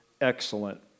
excellent